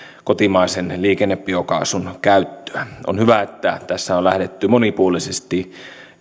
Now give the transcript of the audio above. kotimaisen liikennebiokaasun käyttöä on hyvä että on lähdetty monipuolisesti